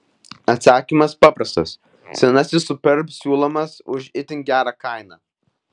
atsakymas paprastas senasis superb siūlomas už itin gerą kainą